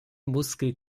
muskel